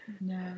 No